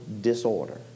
disorder